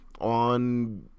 on